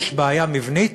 יש בעיה מבנית